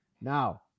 Now